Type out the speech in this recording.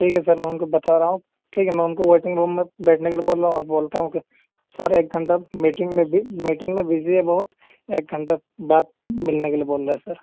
ٹھیک ہے سر میں ان کو بتا رہا ہوں ٹھیک ہے میں ان کو ویٹنگ روم میں بیٹھنے کے لیے بول رہا ہوں اور بولتا ہوں کہ سر ایک گھنٹہ میٹنگ میں میٹنگ میں بزی ہے بہت ایک گھنٹہ بعد ملنے کے لیے بول رہے ہیں سر